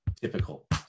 typical